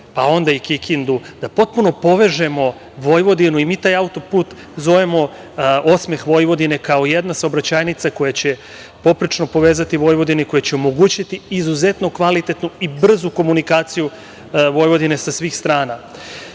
pa onda i Kikindu, da potpuno povežemo Vojvodinu. Mi taj auto-put zovemo „osmeh Vojvodine“, kao jedna saobraćajnica koja će poprečno povezati Vojvodinu i koja će omogućiti izuzetno kvalitetnu i brzu komunikaciju Vojvodine sa svih strana. Takođe,